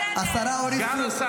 השרה עונה.